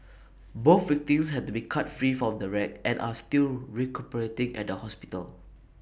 both victims had to be cut free from the wreck and are still recuperating at A hospital